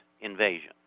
invasion